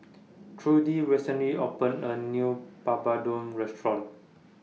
Trudie recently opened A New Papadum Restaurant